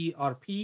ERP